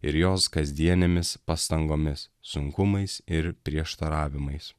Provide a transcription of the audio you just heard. ir jos kasdienėmis pastangomis sunkumais ir prieštaravimais